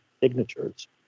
signatures